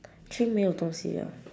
actually 没有东西了